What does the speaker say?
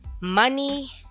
money